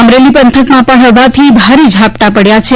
અમરેલી પંથકમાં પણ હળવાથી ભારે ઝાપટાં પડ્યા છે